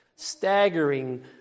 Staggering